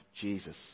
Jesus